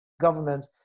government